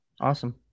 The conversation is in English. Awesome